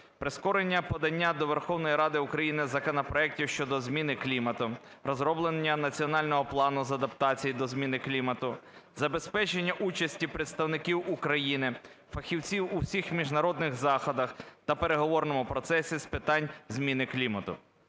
прискорення подання до Верховної Ради України законопроектів щодо зміни клімату; розроблення національного плану з адаптації до зміни клімату; забезпечення участі представників України, фахівців у всіх міжнародних заходах та переговорному процесі з питань зміни клімату;